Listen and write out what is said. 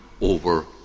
over